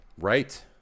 Right